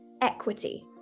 equity